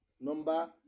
number